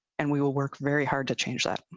and we will work very hard to change that.